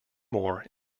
more